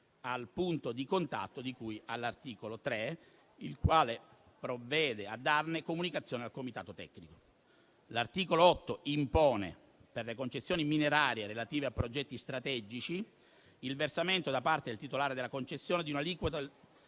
al punto di contatto di cui all'articolo 3, il quale provvede a darne comunicazione al Comitato tecnico. L'articolo 8 impone, per le concessioni minerarie relative a progetti strategici, il versamento, da parte del titolare della concessione, di un'aliquota